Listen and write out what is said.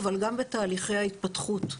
אבל גם בתהליכי ההתפתחות,